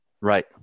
Right